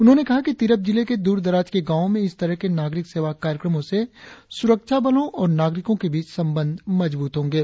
उन्होंने कहा कि तिरप जिले के दूर दराज के गांवो में इस तरह के नागरिक सेवा कार्यक्रमो से सुरक्षा बलो और नागरिको के बीच संबंध मजबूत होंगे